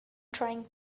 trying